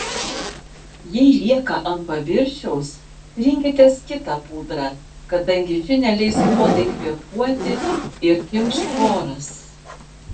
jei lieka ant paviršiaus rinkitės kitą pudrą kadangi ši neleis odai kvėpuoti ir kimš poras